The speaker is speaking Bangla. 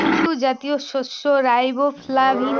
কুট্টু জাতীয় শস্য রাইবোফ্লাভিন,